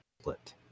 Split